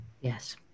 yes